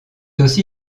aussi